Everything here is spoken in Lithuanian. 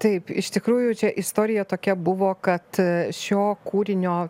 taip iš tikrųjų čia istorija tokia buvo kad šio kūrinio